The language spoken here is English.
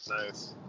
nice